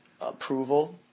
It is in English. approval